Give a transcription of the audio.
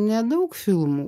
nedaug filmų